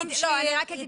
אני רק אגיד